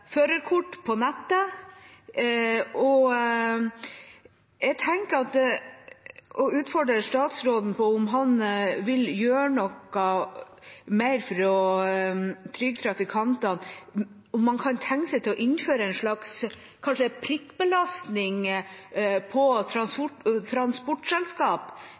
førerkort på nettet, og jeg tenker å utfordre statsråden på om han vil gjøre noe mer for å trygge trafikantene, om han kan tenke seg å innføre kanskje en slags prikkbelastning for transportselskap.